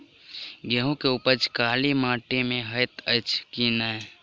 गेंहूँ केँ उपज काली माटि मे हएत अछि की नै?